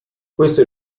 questo